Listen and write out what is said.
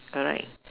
correct